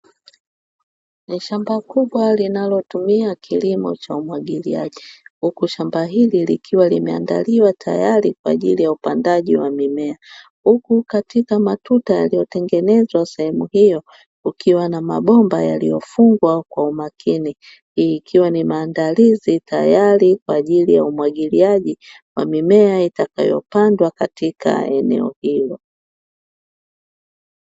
Ni shamba kubwa linalotumia kilimo cha umwagiliaji, huku shamba hili likiwa limeandaliwa tayari kwa ajili ya upandaji wa mimea. Huku katika matuta yaliyotengenezwa sehemu hiyo kukiwa na mabomba yaliyofungwa kwa umakini. Hii ikiwa ni maandalizi tayari kwa ajili ya umwagiliaji wa mimea itakayopandwa katika eneo hilo.